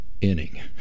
inning